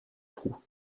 trou